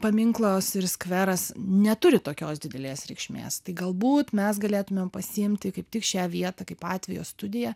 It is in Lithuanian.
paminklas ir skveras neturi tokios didelės reikšmės tai galbūt mes galėtumėm pasiimti kaip tik šią vietą kaip atvejo studiją